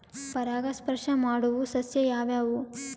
ಪರಾಗಸ್ಪರ್ಶ ಮಾಡಾವು ಸಸ್ಯ ಯಾವ್ಯಾವು?